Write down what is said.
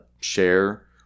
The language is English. Share